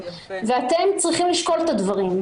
ואתם צריכים לשקול את הדברים.